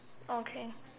okay